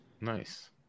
Nice